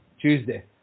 Tuesday